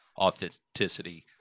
authenticity